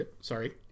Sorry